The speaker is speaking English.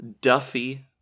Duffy